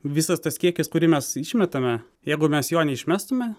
visas tas kiekis kurį mes išmetame jeigu mes jo neišmestume